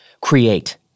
create